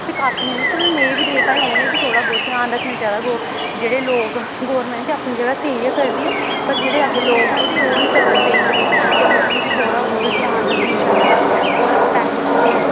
ते कक्ख निं होंदा चलो नेईं बी दे देन भई उ'नें बी थोह्ड़ा बहुत ध्यान रक्खना चाहिदा जेह्ड़े लोक गौरमैंट ते अपनी जगह् स्हेई गै करदी ऐ पर जेह्ड़े अग्गें लोक होंदे ओह् निं करदे स्हेई ते उ'नेंगी बी थोह्ड़ा बोह्त ध्यान रक्खना चाहिदा होर पैहे पूहे